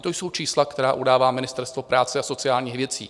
To jsou čísla, která udává Ministerstvo práce a sociálních věcí.